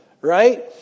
Right